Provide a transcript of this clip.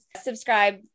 subscribe